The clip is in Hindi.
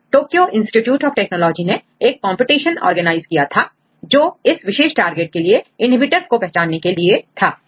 में टोक्यो इंस्टिट्यूट ऑफ़ टेक्नोलॉजी ने एक कंपटीशन ऑर्गेनाइज किया था जो इस विशेष टारगेट के लिए inhibitors को पहचानने के लिए था